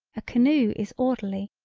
a canoe is orderly.